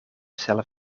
zelf